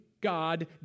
God